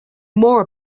more